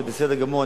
זה בסדר גמור,